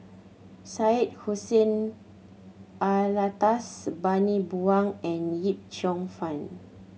Syed Hussein Alatas Bani Buang and Yip Cheong Fun